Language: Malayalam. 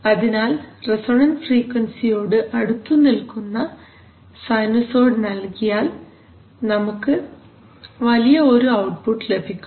അതിനാൽ റസൊണൻറ് ഫ്രീക്വൻസിയോട് അടുത്തുനിൽക്കുന്ന സൈനുസോയ്ഡ് നൽകിയാൽ നമുക്ക് വലിയ ഒരു ഔട്ട്പുട്ട് ലഭിക്കും